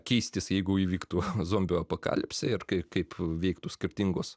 keistis jeigu įvyktų zombių apokalipsė ir kaip kaip veiktų skirtingos